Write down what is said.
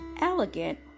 elegant